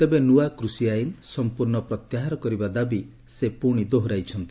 ତେବେ ନୂଆ କୃଷି ଆଇନ ସମ୍ପର୍ଣ୍ଣ ପ୍ରତ୍ୟାହାର କରିବା ଦାବି ସେ ପୁଣି ଦୋହରାଇଛନ୍ତି